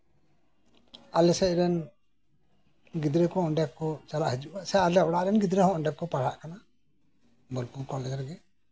ᱟᱞᱮ ᱥᱮᱫ ᱨᱮᱱ ᱜᱤᱫᱽᱨᱟᱹ ᱠᱚ ᱚᱸᱰᱮ ᱠᱚ ᱪᱟᱞᱟᱜ ᱦᱤᱡᱩᱜᱼᱟ ᱥᱮ ᱚᱸᱰᱮ ᱟᱞᱮ ᱚᱲᱟᱜ ᱨᱮᱱ ᱜᱤᱫᱽᱨᱟᱹ ᱦᱚᱸ ᱚᱸᱰᱮ ᱠᱚ ᱯᱟᱲᱦᱟᱜ ᱠᱟᱱᱟ ᱵᱳᱞᱯᱩᱨ ᱠᱚᱞᱮᱡᱽ ᱨᱮᱜᱮ